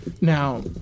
Now